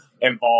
involved